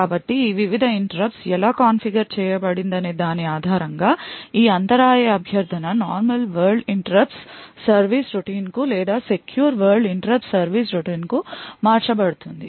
కాబట్టి ఈ వివిధ interrupts ఎలా కాన్ఫిగర్ చేయబడిందనే దాని ఆధారంగా ఈ అంతరాయ అభ్యర్థన normal world interrupts service routine కు లేదా secure world interrupts service routine కు మార్చబడుతుంది